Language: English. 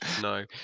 No